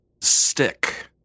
stick